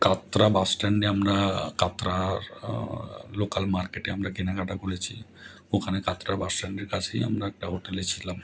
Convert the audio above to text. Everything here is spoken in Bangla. কাটরা বাস স্ট্যান্ডে আমরা কাটরার লোকাল মার্কেটে আমরা কেনাকাটা করেছি ওখানে কাটরা বাস স্ট্যান্ডের কাছেই আমরা একটা হোটেলে ছিলাম